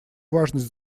важность